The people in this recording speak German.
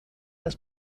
das